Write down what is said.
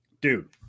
Dude